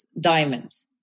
diamonds